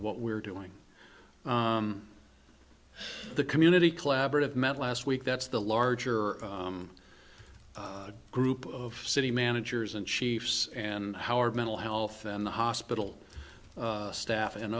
what we're doing the community collaborative met last week that's the larger group of city managers and chiefs and howard mental health and the hospital staff and